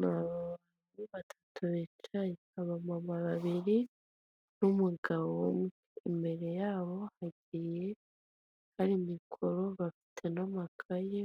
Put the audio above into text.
Mu kibuga cyigishirizwamo gutwara amapikipiki, umupolisi umwe azamuye ikiganza yereka mugenzi